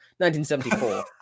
1974